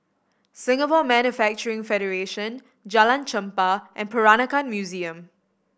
Singapore Manufacturing Federation Jalan Chempah and Peranakan Museum